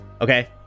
okay